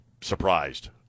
surprised